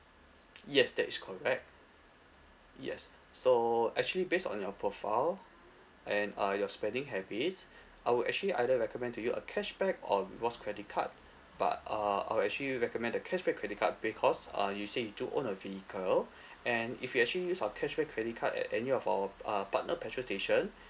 yes that is correct yes so actually based on your profile and uh your spending habits I would actually either recommend to you a cashback or rewards credit card but uh I'd actually recommend the cashback credit card because uh you say you do own a vehicle and if you actually use our cashback credit card at any of our uh partner petrol station